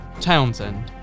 Townsend